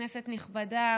כנסת נכבדה,